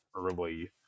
early